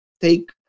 take